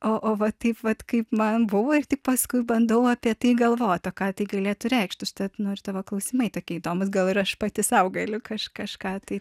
o va taip vat kaip man buvo ir tik paskui bandau apie tai galvot o ką tai galėtų reikšt užtad nu ir tavo klausimai tokie įdomūs gal ir aš pati sau galiu kaž kažką tai